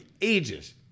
ages